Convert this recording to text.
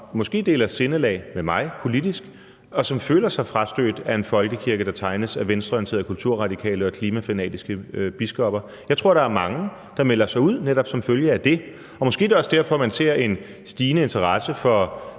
måske deler sindelag med mig politisk, og som føler sig frastødt af en folkekirke, der tegnes af venstreorienterede kulturradikale og klimafanatiske biskopper? Jeg tror, der er mange, som melder sig ud netop som følge af det. Måske er det også derfor, man ser en stigende interesse for